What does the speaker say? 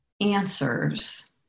answers